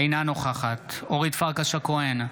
אינה נוכחת אורית פרקש הכהן,